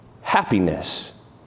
happiness